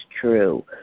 true